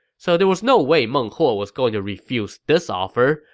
so there was no way meng huo was going to refuse this offer,